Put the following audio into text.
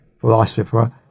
philosopher